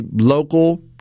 local